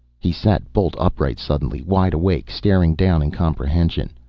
he sat bolt upright suddenly, wide awake, staring down in comprehension.